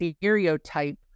stereotype